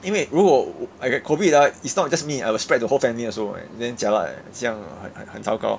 因为如果 I get COVID ah it's not just me I will spread to the whole family also eh damn jialat eh 很像很很很糟糕